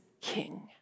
king